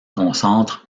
concentre